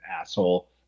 asshole